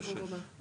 בסיבוב הבא.